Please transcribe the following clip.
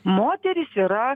moterys yra